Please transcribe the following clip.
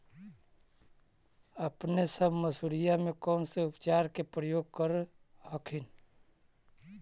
अपने सब मसुरिया मे कौन से उपचार के प्रयोग कर हखिन?